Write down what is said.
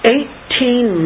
Eighteen